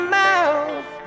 mouth